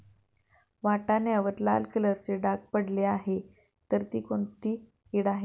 वाटाण्यावर लाल कलरचे डाग पडले आहे तर ती कोणती कीड आहे?